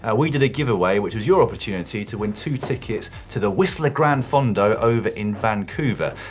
ah we did a giveaway, which was your opportunity to win two tickets to the whistler gran fondo over in vancouver.